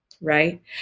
right